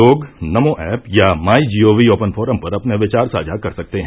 लोग नमो ऐप या MyGov open forum पर अपने विचार साझा कर सकते हैं